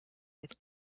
with